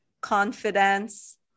confidence